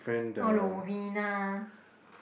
or Novena